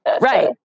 right